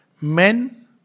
Men